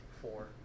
Four